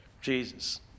Jesus